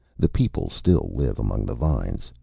the people still live among the vines.